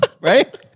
right